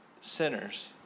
sinners